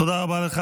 תודה רבה לך.